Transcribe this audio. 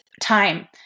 time